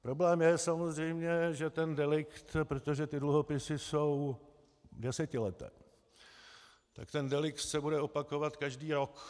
Problém je samozřejmě, že ten delikt, protože ty dluhopisy jsou desetileté, tak ten delikt se bude opakovat každý rok.